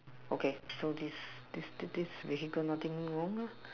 okay so this this this vehicle nothing wrong lah